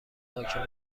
حاکم